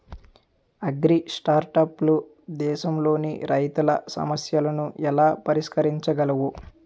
అగ్రిస్టార్టప్లు దేశంలోని రైతుల సమస్యలను ఎలా పరిష్కరించగలవు?